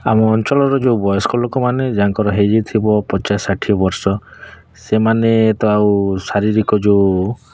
ଆମ ଅଞ୍ଚଳର ଯେଉଁ ବୟସ୍କ ଲୋକମାନେ ଯାହାଙ୍କର ହୋଇଯାଇଥିବ ପଚାଶ ଷାଠିଏ ବର୍ଷ ସେମାନେ ତ ଆଉ ଶାରୀରିକ ଯେଉଁ